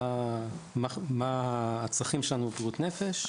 מה הצרכים שלנו בבריאות הנפש,